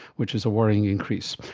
which is a worrying increase.